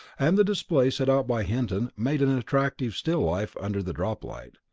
and the display set out by hinton made an attractive still life under the droplight.